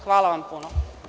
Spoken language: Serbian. Hvala vam puno.